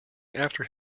after